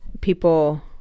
people